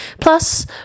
Plus